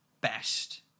best